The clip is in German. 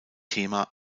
thema